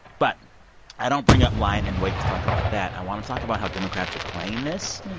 but i don't bring up lying in wait to talk about that. i want to talk about how democrats are playing this.